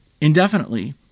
indefinitely